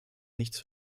nichts